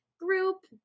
group